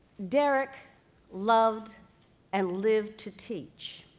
derrick loved and lived to teach,